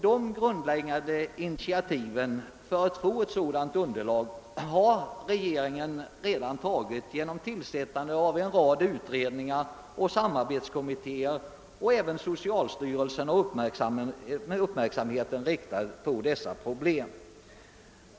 De grundläggande initiativen för att få ett sådant underlag har regeringen redan tagit genom att tillsätta en rad utredningar och samarbetskommittéer, och även socialstyrelsen har sin uppmärksamhet riktad på dessa problem.